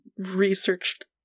Researched